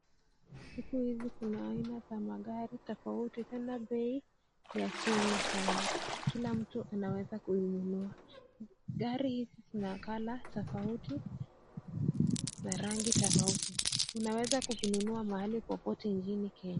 Siku hizi kuna aina za magai tofauti tena bei ya chini sana, kila mtu anaweza kununua, gari hizi zina color tofauti, na rangi tofauti, unaweza kuzinunua mahali popote nchini Kenya.